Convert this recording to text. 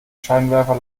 scheinwerfer